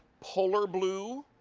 polar blue.